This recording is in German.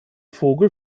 vogel